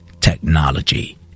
technology